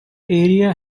area